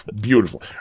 beautiful